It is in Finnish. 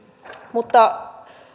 mutta